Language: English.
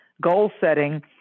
goal-setting